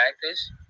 practice